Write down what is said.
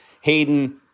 Hayden